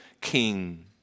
king